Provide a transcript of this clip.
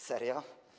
Serio?